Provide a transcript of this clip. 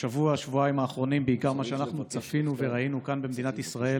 בשבוע-שבועיים האחרונים מה שאנחנו צפינו וראינו כאן במדינת ישראל